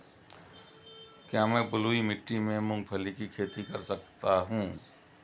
क्या मैं बलुई मिट्टी में मूंगफली की खेती कर सकता हूँ?